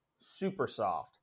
SuperSoft